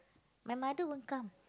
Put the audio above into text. my mother won't come